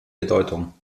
bedeutung